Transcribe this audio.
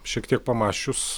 šiek tiek pamąsčius